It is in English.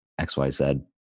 XYZ